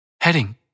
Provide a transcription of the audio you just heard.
Heading